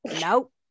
nope